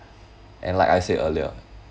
and like I said earlier